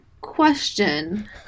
question